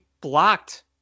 blocked